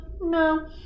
No